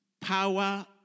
Power